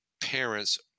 parents